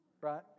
Right